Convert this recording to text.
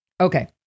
Okay